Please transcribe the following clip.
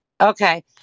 Okay